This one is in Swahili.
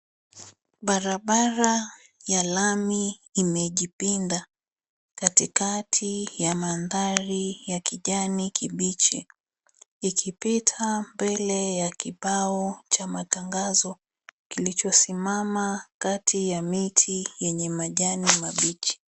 Barabara ya lami imejipinda katikati ya mandhari ya kijani kibichi. Ikipita mbele ya kibao cha matangazo kilichosimama kati ya miti yenye majani mabichi.